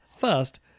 first